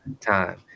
time